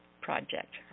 Project